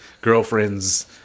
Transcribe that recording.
girlfriends